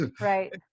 Right